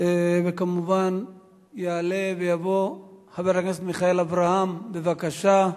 וכמובן יעלה ויבוא חבר הכנסת מיכאלי אברהם, בבקשה.